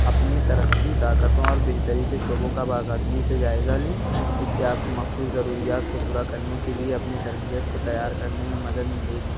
اپنی ترقی طاقتوں اور بہتری کے شعبوں کا باقاعدگی سے جائزہ لیں اس سے آپ کو مخصوص ضروریات کو پورا کرنے کے لیے اپنی تربیت کو تیار کرنے میں مدد ملے گی